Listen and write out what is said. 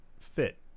fit